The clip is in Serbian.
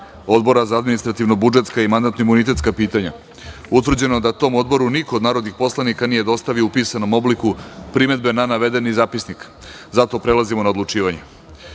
Odbora za administrativno budžetska i mandatno imunitetska pitanja utvrđeno da tom Odboru niko od narodnih poslanika nije dostavio u pisanom obliku primedbe na navedeni Zapisnik, zato prelazimo na odlučivanje. Stavljam